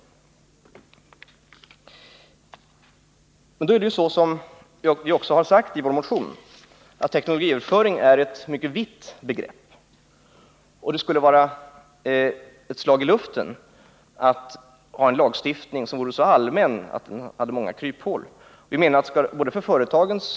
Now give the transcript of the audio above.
Men teknologiöverföring är, såsom vi också har sagt i vår motion, ett mycket vitt begrepp. En lagstiftning som är så allmän att den har många kryphål skulle därför verka som ett slag i luften.